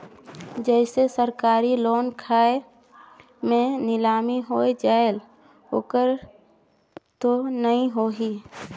जैसे सरकारी लोन खाय मे नीलामी हो जायेल ओकर तो नइ होही?